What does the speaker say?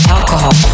Alcohol